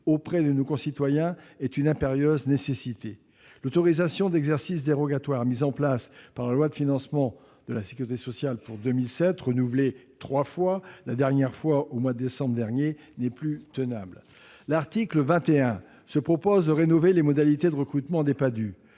auprès de nos concitoyens est une impérieuse nécessité. L'autorisation d'exercice dérogatoire mise en place par la loi de financement de la sécurité sociale pour 2007 et renouvelée trois fois, la dernière fois en décembre dernier, n'est plus tenable. L'article 21 rénove les modalités de recrutement des Padhue.